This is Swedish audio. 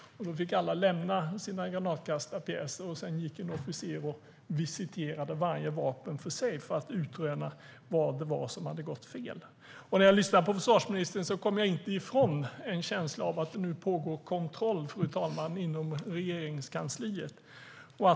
Då fick alla lämna sina granatkastarpjäser. Sedan gick en officer och visiterade varje vapen för sig för att utröna vad det var som hade gått fel. När jag lyssnar på försvarsministern kommer jag inte ifrån en känsla av att det nu pågår kontroll inom Regeringskansliet, fru talman.